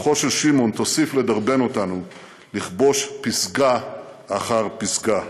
רוחו של שמעון תוסיף לדרבן אותנו לכבוש פסגה אחר פסגה.